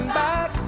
back